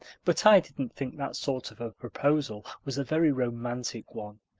but i didn't think that sort of a proposal was a very romantic one,